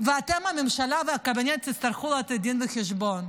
ואתם, הממשלה והקבינט, תצטרכו לתת דין וחשבון,